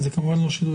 זה לא מקלט,